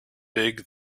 big